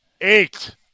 Eight